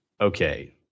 okay